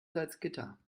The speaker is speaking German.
salzgitter